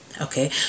okay